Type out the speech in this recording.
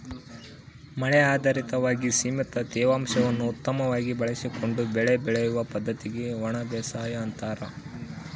ಮಳೆ ಆಧಾರಿತವಾಗಿ ಸೀಮಿತ ತೇವಾಂಶವನ್ನು ಉತ್ತಮವಾಗಿ ಬಳಸಿಕೊಂಡು ಬೆಳೆ ಬೆಳೆಯುವ ಪದ್ದತಿಗೆ ಒಣಬೇಸಾಯ ಅಂತಾರ